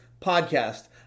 Podcast